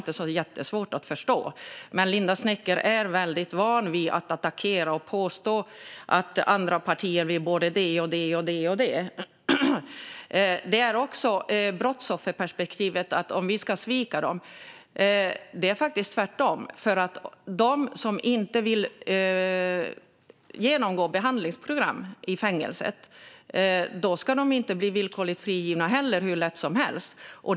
Det var inte jättesvårt att förstå, men Linda Snecker är väldigt van att attackera andra partier och påstå att de vill göra både det ena och det andra. Det är också en fråga om brottsofferperspektivet, om vi ska svika brottsoffren. Det är faktiskt tvärtom, för de som inte vill genomgå behandlingsprogram i fängelset ska heller inte bli villkorligt frigivna hur lätt som helst.